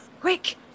Quick